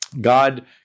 God